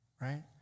right